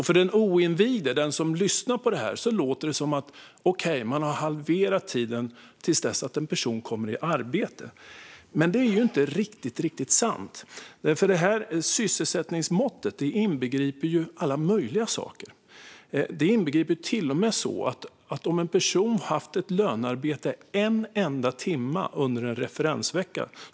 För en oinvigd som lyssnar på detta låter det som att man har halverat tiden till dess att en person kommer i arbete, men det är inte riktigt sant. Sysselsättningsmåttet inbegriper ju alla möjliga saker, till och med om en person har haft ett lönearbete en enda timme under en referensvecka.